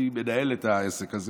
אני מנהל את העסק הזה,